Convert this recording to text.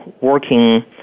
working